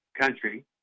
country